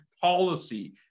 policy